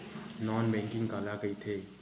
Non banking काला कइथे?